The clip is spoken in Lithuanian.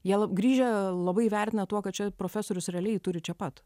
jie grįžę labai vertina tuo kad čia profesorius realiai turi čia pat